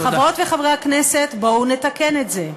חברות וחברי הכנסת, בואו נתקן את זה.